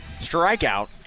strikeout